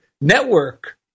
network